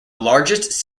largest